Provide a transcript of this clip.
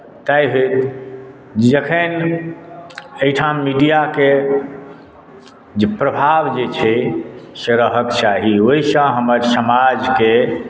ताहि हेतु जखन एहिठाम मीडियाके जे प्रभाव जे छै से रहक चाही ओहिसँ हमर समाजके